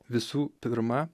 visų pirma